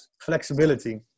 flexibility